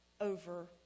over